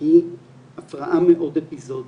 היא הפרעה מאוד אפיזודית,